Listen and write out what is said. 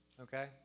Okay